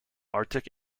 arctic